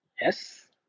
Yes